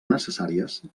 necessàries